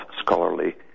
scholarly